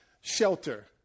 shelter